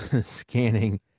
scanning